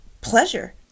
pleasure